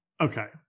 Okay